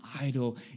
idol